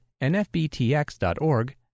nfbtx.org